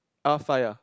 R five ah